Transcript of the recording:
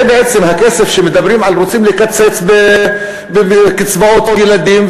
זה בעצם הכסף שמדברים עליו כשרוצים לקצץ בקצבאות ילדים,